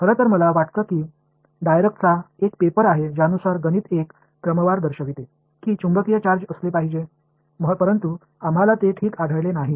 खरं तर मला वाटतं की डायरकचा एक पेपर आहे ज्यानुसार गणित एक क्रमवार दर्शविते की चुंबकीय चार्ज असले पाहिजे परंतु आम्हाला ते ठीक आढळले नाही